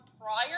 prior